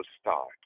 start